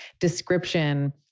description